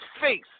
face